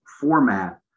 format